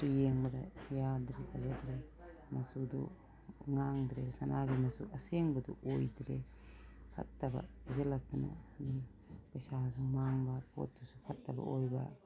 ꯌꯦꯡꯕꯗ ꯌꯥꯗ꯭ꯔꯦ ꯐꯖꯗ꯭ꯔꯦ ꯃꯆꯨꯗꯨ ꯉꯥꯡꯗ꯭ꯔꯦ ꯁꯥꯅꯥꯒꯤ ꯃꯆꯨ ꯑꯁꯦꯡꯕꯗꯨ ꯑꯣꯏꯗ꯭ꯔꯦ ꯐꯠꯇꯕ ꯄꯤꯖꯜꯂꯛꯇꯅ ꯄꯩꯁꯥꯁꯨ ꯃꯥꯡꯕ ꯄꯣꯠꯇꯨꯁꯨ ꯐꯠꯇꯕ ꯑꯣꯏꯕ